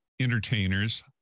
entertainers